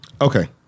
Okay